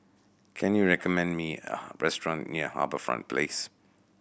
can you recommend me a restaurant near HarbourFront Place